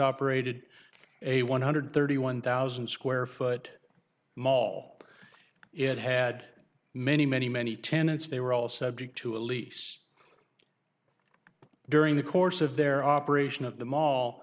operated a one hundred thirty one thousand square foot mall it had many many many tenants they were all subject to a lease during the course of their operation at the mall